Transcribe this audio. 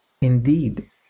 indeed